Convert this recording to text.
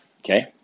okay